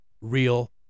real